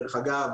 דרך אגב,